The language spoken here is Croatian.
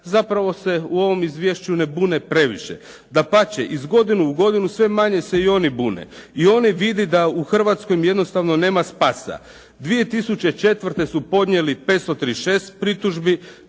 zapravo se u ovom izvješću ne bune previše. Dapače, iz godine u godinu sve manje se i oni bune. I oni vide da u Hrvatskoj im jednostavno nema spasa. 2004. su podnijeli 536 pritužbi,